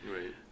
Right